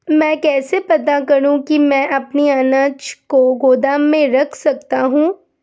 मैं कैसे पता करूँ कि मैं अपने अनाज को गोदाम में रख सकता हूँ?